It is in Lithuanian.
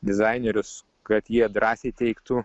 dizainerius kad jie drąsiai teiktų